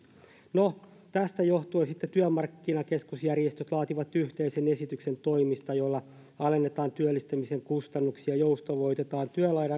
no tästä johtuen sitten työmarkkinakeskusjärjestöt laativat yhteisen esityksen toimista joilla alennetaan työllistämisen kustannuksia joustavoitetaan